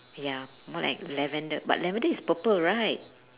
ya more like lavender but lavender is purple right